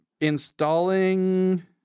installing